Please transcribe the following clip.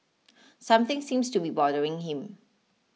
something seems to be bothering him